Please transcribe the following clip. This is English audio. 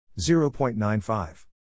0.95